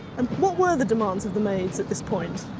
and what were the demands of the maids at this point?